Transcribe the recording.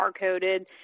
barcoded